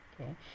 okay